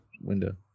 window